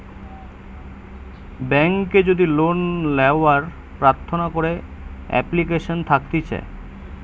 বেংকে যদি লোন লেওয়ার প্রার্থনা করে এপ্লিকেশন থাকতিছে